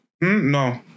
No